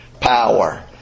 power